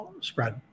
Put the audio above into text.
spread